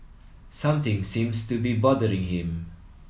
something seems to be bothering him